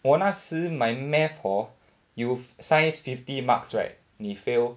我那时 my maths hor 有 science fifty marks right 你 fail